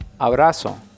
abrazo